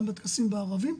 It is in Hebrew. גם בטקסים בערבים,